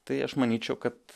tai aš manyčiau kad